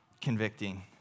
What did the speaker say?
convicting